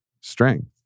strength